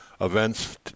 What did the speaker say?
events